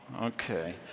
Okay